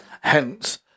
Hence